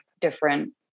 different